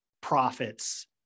profits